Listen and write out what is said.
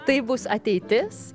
tai bus ateitis